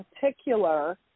particular